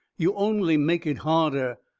you only make it harder.